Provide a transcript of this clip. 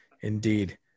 Indeed